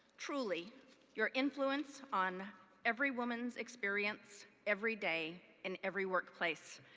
truly your influence on every woman's experience every day, in every workplace,